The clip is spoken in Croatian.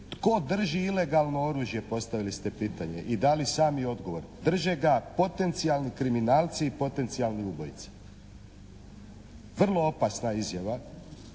"Tko drži ilegalno oružje?", postavili ste pitanje i dali sami odgovor, "Drže ga potencijalni kriminalci, potencijalni ubojice.". Vrlo opasna izjava